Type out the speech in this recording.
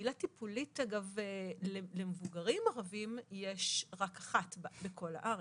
שקהילה טיפולית למבוגרים ערבים יש רק אחת בכל הארץ.